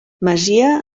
masia